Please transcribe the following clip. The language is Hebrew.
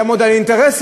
יעמוד על האינטרסים.